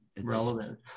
relevant